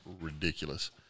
ridiculous